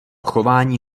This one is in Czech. chování